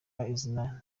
izina